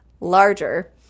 larger